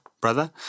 brother